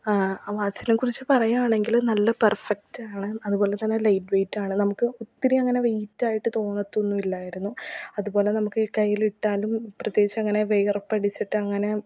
വാച്ചിനെക്കുറിച്ച് പറയുകയാണെങ്കിൽ നല്ല പെർഫക്റ്റാണ് അതുപോലെ തന്നെ ലൈറ്റ് വെയ്റ്റാണ് നമുക്ക് ഒത്തിരി അങ്ങനെ വെയ്റ്റായിട്ട് തോന്നത്തൊന്നും ഇല്ലായിരുന്നു അതുപോലെ നമുക്കീ കയ്യിലിട്ടാലും പ്രത്യേകിച്ചങ്ങനെ വിയർപ്പടിച്ചിട്ടങ്ങനെ